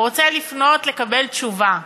הוא רוצה לפנות לקבל תשובה.